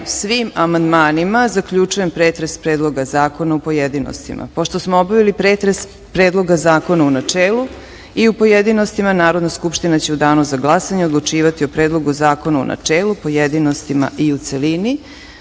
svim amandmanima, zaključujem pretres Predloga zakona u pojedinostima. Pošto smo obavili pretres Predloga zakona u načelu i u pojedinostima, Narodna skupština će u danu za glasanje odlučivati o Predlogu zakona u načelu, pojedinostima i u